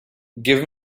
give